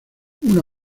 una